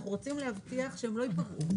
אנחנו רוצים להבטיח שהם לא ייפגעו,